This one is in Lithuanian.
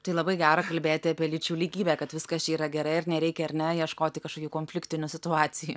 tai labai gera kalbėti apie lyčių lygybę kad viskas čia yra gerai ar nereikia ar ne ieškoti kažkokių konfliktinių situacijų